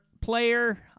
player